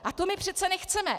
A to my přece nechceme.